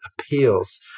appeals